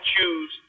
choose